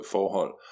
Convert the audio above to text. Forhold